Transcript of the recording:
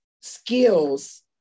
skills